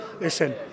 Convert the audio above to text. Listen